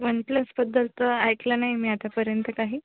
one प्लसबद्दल तर ऐकलं नाही मी आतापर्यंत काही